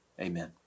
amen